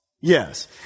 Yes